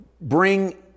bring